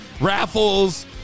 raffles